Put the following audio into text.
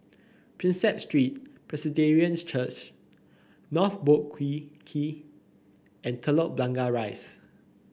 Prinsep Street Presbyterian Church North Boat Quay Key and Telok Blangah Rise